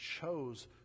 chose